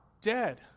dead